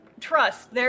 trust